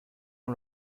ont